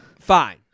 Fine